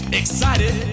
excited